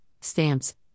stamps